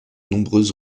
nombreuses